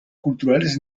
culturales